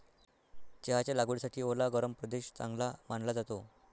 चहाच्या लागवडीसाठी ओला गरम प्रदेश चांगला मानला जातो